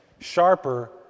sharper